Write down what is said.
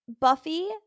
Buffy